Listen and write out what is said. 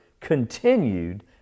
continued